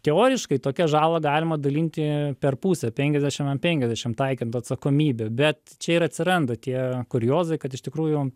teoriškai tokią žalą galima dalinti per pusę penkiasdešim ant penkiasdešim taikyt atsakomybę bet čia ir atsiranda tie kuriozai kad iš tikrųjų